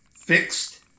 fixed